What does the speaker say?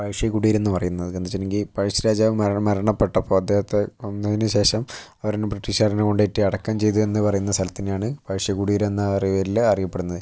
പഴശ്ശി കുടീരം എന്ന് പറയുന്നത് എന്ന് വെച്ചിട്ടുണ്ടെങ്കിൽ പഴശ്ശി രാജാവ് മരണപ്പെട്ടപ്പോൾ അദ്ദേഹത്തെ കൊന്നതിനു ശേഷം അവർ തന്നെ ബ്രിട്ടീഷുകാർ തന്നെ കൊണ്ട് പോയിട്ട് അടക്കം ചെയ്തു എന്ന് പറയുന്ന സ്ഥലത്തിനെ ആണ് പഴശ്ശി കുടീരം എന്ന പേരിൽ അറിയപ്പെടുന്നത്